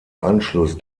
anschluss